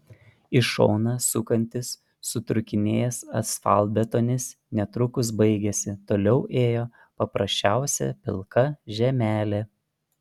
į šoną sukantis sutrūkinėjęs asfaltbetonis netrukus baigėsi toliau ėjo paprasčiausia pilka žemelė